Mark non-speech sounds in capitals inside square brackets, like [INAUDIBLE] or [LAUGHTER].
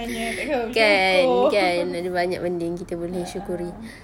[BREATH] kan kan ada banyak benda yang boleh disyukuri